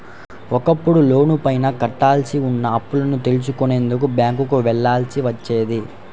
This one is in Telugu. ఒకప్పుడు లోనుపైన కట్టాల్సి ఉన్న అప్పుని తెలుసుకునేందుకు బ్యేంకుకి వెళ్ళాల్సి వచ్చేది